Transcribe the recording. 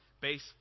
base